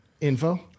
info